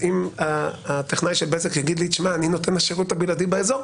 אם הטכנאי של בזק יגיד לי שהוא נותן השירות הבלעדי באזור,